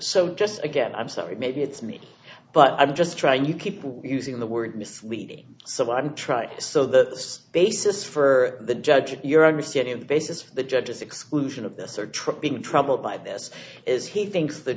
so just again i'm sorry maybe it's me but i'm just trying you keep using the word misleading so i'm trying so the basis for the judge of your understanding of the basis for the judge's exclusion of this or trip being troubled by this is he thinks the